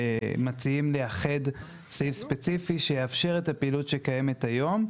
מציעים לייחד סעיף ספציפי שיאפשר את הפעילות שקיימת היום.